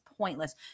pointless